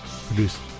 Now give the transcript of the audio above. produced